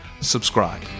subscribe